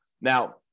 Now